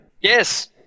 Yes